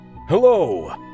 Hello